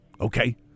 okay